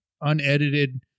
unedited